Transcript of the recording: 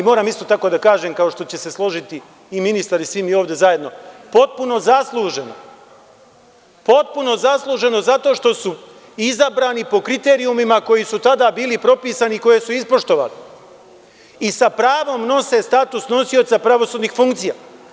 Moram isto tako da kažem, kao što će se složiti i ministar i svi zajedno, potpuno zasluženo, zato što su izabrani po kriterijumima koji su tada bili propisani i koji su ispoštovani i sa pravom nose status nosioca pravosudnih funkcija.